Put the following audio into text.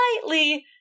slightly